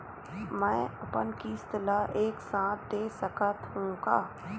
मै अपन किस्त ल एक साथ दे सकत हु का?